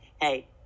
hey